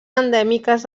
endèmiques